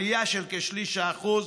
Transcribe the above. עלייה של כשליש האחוז.